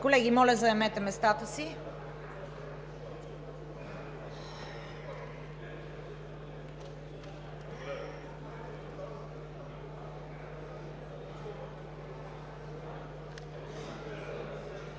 колеги, моля, заемете местата си.